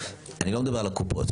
אני לא מדבר על הקופות.